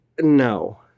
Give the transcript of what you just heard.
no